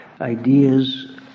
ideas